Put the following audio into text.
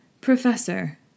Professor